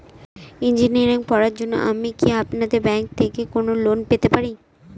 Engineering পড়ার জন্য আমি কি আপনাদের ব্যাঙ্ক থেকে কোন লোন পেতে পারি?